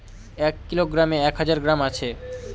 এক কিলোগ্রামে এক হাজার গ্রাম আছে